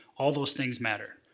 all those things matter.